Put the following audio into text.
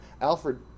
Alfred